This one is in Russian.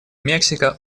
мексика